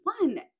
One